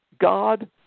God